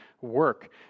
work